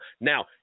now